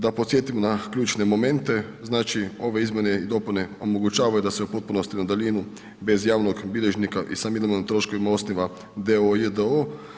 Da podsjetim na ključne momente, znači ove izmjene i dopune omogućavaju da se u potpunosti na daljinu bez javnog bilježnika i sa minimalnim troškovima osniva d.o.o. j.d.o.o.